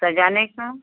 सजाने का